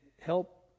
help